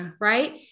right